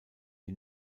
die